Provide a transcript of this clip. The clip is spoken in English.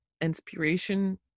inspiration